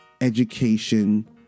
education